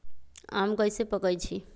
आम कईसे पकईछी?